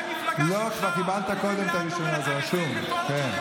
שלך, נמושות.